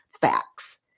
facts